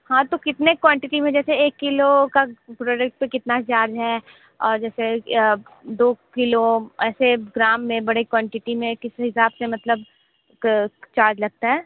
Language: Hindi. हाँ तो कितने क्वांटिटी में जैसे एक किलो का प्रोडक्ट पर कितना चार्ज है और जैसे दो किलो ऐसे ग्राम में बड़े क्वांटिटी में किस हिसाब से मतलब चार्ज लगता है